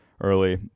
early